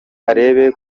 arebe